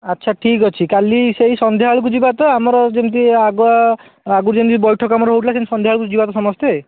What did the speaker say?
ଆଛା ଠିକ ଅଛି କାଲି ସେହି ସନ୍ଧ୍ୟାବେଳକୁ ଯିବା ତ ଆମର ଯେମିତି ଆଗ ଆଗରୁ ଯେମିତି ବୈଠକ ଆମର ହେଉଥିଲା ସେମିତି ସନ୍ଧ୍ୟାବେଳକୁ ଯିବା ତ ସମସ୍ତେ